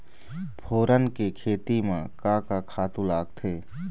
फोरन के खेती म का का खातू लागथे?